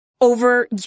over